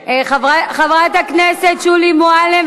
(חבר הכנסת יצחק כהן יוצא מאולם המליאה.)